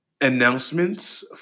announcements